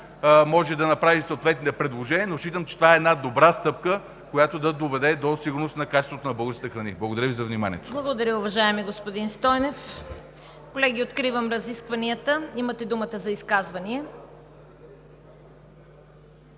може да направи и съответните предложения, но считам, че това е една добра стъпка, която да доведе до сигурността на качеството на българските храни. Благодаря Ви за вниманието. ПРЕДСЕДАТЕЛ ЦВЕТА КАРАЯНЧЕВА: Благодаря, уважаеми господин Стойнев. Колеги, откривам разискванията. Имате думата за изказвания.